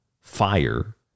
fire